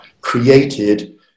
created